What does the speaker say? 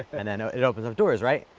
and then it opens up doors, right?